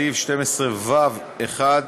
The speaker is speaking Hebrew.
בסעיף 12(ו)(1),